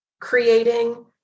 creating